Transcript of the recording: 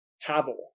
Havel